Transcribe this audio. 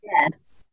Yes